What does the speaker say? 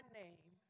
name